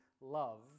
love